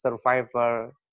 survivor